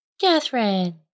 Catherine